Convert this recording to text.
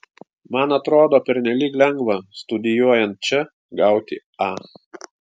man atrodo pernelyg lengva studijuojant čia gauti a